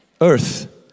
Earth